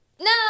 No